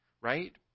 right